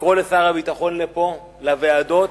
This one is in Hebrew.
לקרוא לשר הביטחון שיבוא לפה, לוועדות,